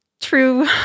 true